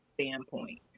standpoint